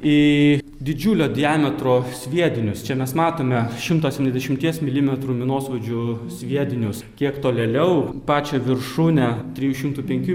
į didžiulio diametro sviedinius čia mes matome šimto septyniasdešimties milimetrų minosvaidžių sviedinius kiek tolėliau pačią viršūnę trijų šimtų penkių